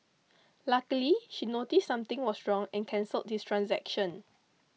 luckily she noticed something was wrong and cancelled his transaction